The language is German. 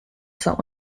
zur